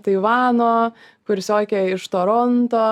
taivano kursiokę iš toronto